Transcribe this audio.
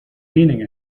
meaning